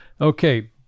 Okay